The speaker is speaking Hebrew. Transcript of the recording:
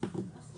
שמכונה